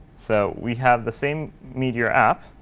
so we have the same meteor app,